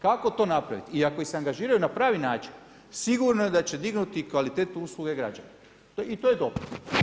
Kako to napraviti i ako ih se angažira na pravi način, sigurno da će dignuti kvalitetu usluge građana i to je dobro.